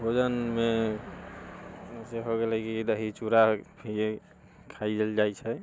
भोजनमे जे हो गेलै कि दही चूड़ा खाइए खाइल जाइ छै